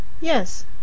Yes